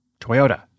Toyota